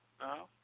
no